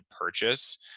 purchase